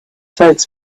folks